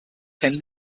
came